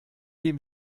dem